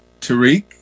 Tariq